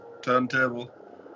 turntable